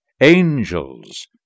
angels